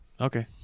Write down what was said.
Okay